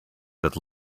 that